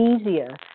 easier